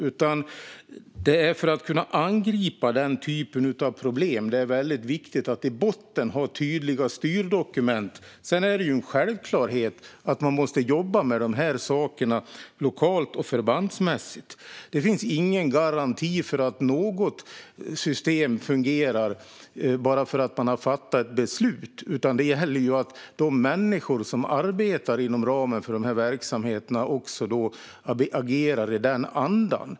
Det är för att kunna angripa den typen av problem som det är viktigt att i botten ha tydliga styrdokument. Sedan är det en självklarhet att man måste jobba med de här sakerna lokalt och på förbandsnivå. Det finns ingen garanti för att något system fungerar bara för att man har fattat ett beslut, utan det gäller att de människor som arbetar inom ramen för de här verksamheterna också agerar i den andan.